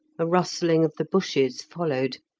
a rustling of the bushes followed,